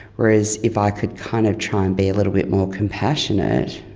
whereas if i could kind of try and be a little bit more compassionate,